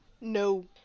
No